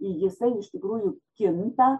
jisai iš tikrųjų kinta